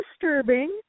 disturbing